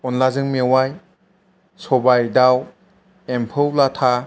अनलाजों मेवाय सबाय दाव एम्फौ लाथा